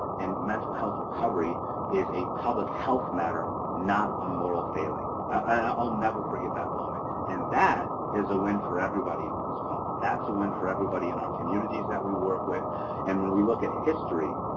and mental health recovery is a public health matter, not a moral failing. i'll never forget that moment and that is a win for everybody on this call. that's a win for everybody in our communities that we work with and when we look at history,